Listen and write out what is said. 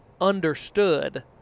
understood